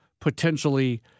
potentially